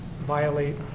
violate